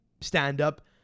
stand-up